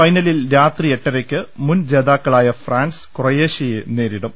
ഫൈനലിൽ രാത്രി എട്ടരയ്ക്ക് മുൻ ജേതാക്കളായ ഫ്രാൻസ് ക്രൊയേഷ്യയെ നേരി ടും